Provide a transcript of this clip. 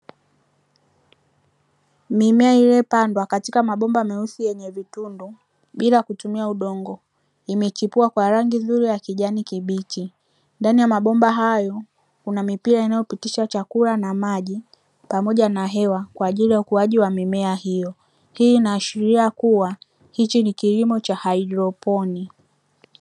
Mimea iliyopandwa katika mabomba meusi yenye vitundu bila kutumia udongo imechipua kwa rangi nzuri ya kijani kibichi. Ndani ya mabomba hayo kuna mipira inayopitisha chakula pamoja na maji pamoja na hewa kwa ajili ya ukuaji wa mimea hiyo. Hii inaashiria kuwa hicho ni kilimo cha haidroponi.